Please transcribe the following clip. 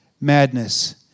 madness